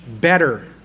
better